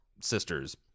sisters